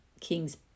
king's